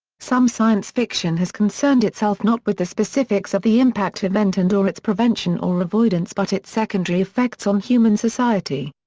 some science fiction has concerned itself not with the specifics of the impact event and or its prevention or avoidance but its secondary effects on human society.